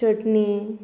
चटणी